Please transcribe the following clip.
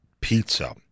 pizza